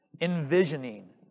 Envisioning